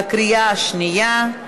בקריאה השנייה.